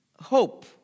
hope